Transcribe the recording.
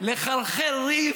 לחרחר ריב,